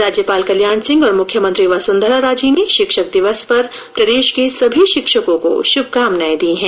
राज्यपाल कल्याण सिंह और मुख्यमंत्री वसुंधरा राजे ने शिक्षक दिवस पर प्रदेश के सभी शिक्षकों को शुभकामनाएं दी हैं